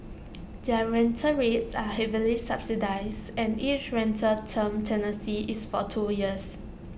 their rental rates are heavily subsidised and each rental term tenancy is for two years